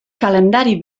calendari